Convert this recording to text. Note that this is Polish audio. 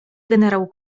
generał